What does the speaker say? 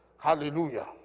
Hallelujah